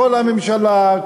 כל הממשלה,